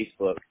Facebook –